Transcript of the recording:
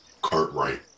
Cartwright